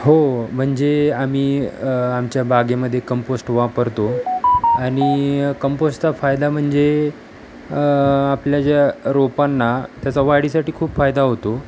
हो म्हणजे आम्ही आमच्या बागेमध्ये कंपोस्ट वापरतो आणि कंपोस्टचा फायदा म्हणजे आपल्या ज्या रोपांना त्याचा वाढीसाठी खूप फायदा होतो